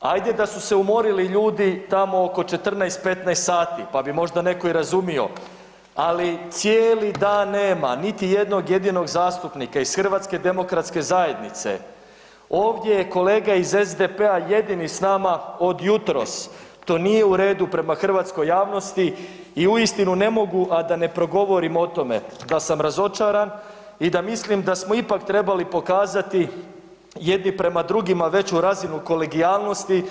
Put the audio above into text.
ajde da su se umorili ljudi tamo oko 14, 15 sati pa bi možda netko i razumio, ali cijeli dan nema niti jednog jedinog zastupnika iz HDZ-a, ovdje je kolega iz SDP-a jedini s nama od jutros, to nije u redu prema hrvatskoj javnosti i uistinu ne mogu, a da ne progovorim o tome da sam razočaran i da mislim da smo ipak trebali pokazati jedni prema drugima veću razinu kolegijalnosti.